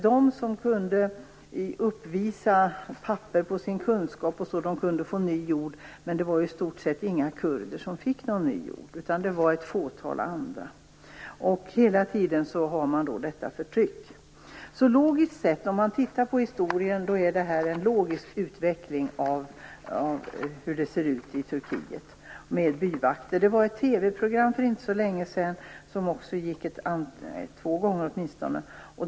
De som kunde uppvisa papper på sin kunskap, osv. kunde få ny jord. Men det var i stort sett inga kurder som fick någon ny jord, utan det var ett fåtal andra. Hela tiden finns detta förtryck. Om man tittar på historien är det en logisk utveckling hur det ser ut i Turkiet med byvakter. Det visades ett TV-program för inte så länge sedan, som sändes åtminstone två gånger.